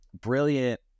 brilliant